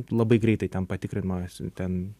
labai greitai ten patikrinimas ten